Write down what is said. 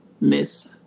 miss